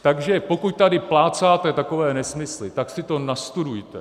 Takže pokud tady plácáte takové nesmysly, tak si to nastudujte.